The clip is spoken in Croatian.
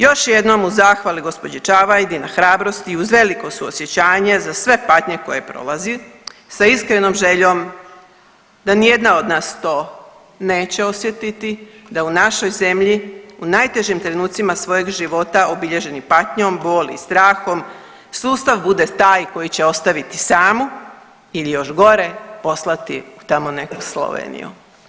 Još jednom u zahvali gospođi Čavajdi na hrabrosti i uz veliko suosjećanje za sve patnje koje prolazi sa iskrenom željom da ni jedna od nas to neće osjetiti, da u našoj zemlji u najtežim trenucima svojeg života obilježeni patnjom, boli i strahom sustav bude taj koji će ostaviti samu ili još gore poslati u tamo neku Sloveniju.